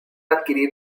adquirir